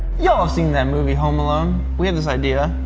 y'all've seen that movie home alone. we have this idea,